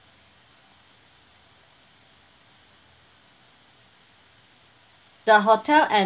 the hotel and